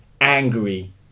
angry